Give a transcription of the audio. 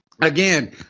Again